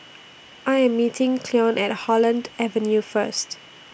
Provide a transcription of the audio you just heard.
I Am meeting Cleon At Holland Avenue First